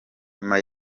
nyuma